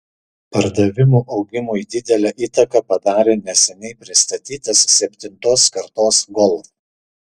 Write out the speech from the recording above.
pardavimų augimui didelę įtaką padarė neseniai pristatytas septintos kartos golf